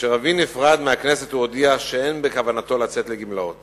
כאשר אבי נפרד מהכנסת הוא הודיע שאין בכוונתו לצאת לגמלאות